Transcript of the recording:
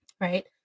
right